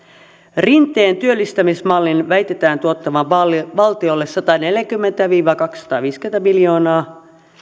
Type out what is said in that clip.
rinteen työllistämismallin väitetään tuottavan valtiolle valtiolle sataneljäkymmentä viiva kaksisataaviisikymmentä miljoonaa